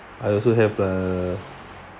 I also have a